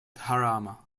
dharma